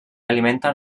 alimenten